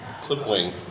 Clipwing